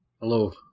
Hello